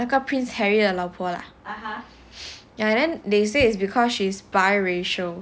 那个 prince harry 的老婆 lah ya and then they say it's because she's biracial